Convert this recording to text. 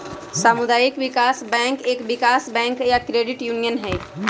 सामुदायिक विकास बैंक एक विकास बैंक या क्रेडिट यूनियन हई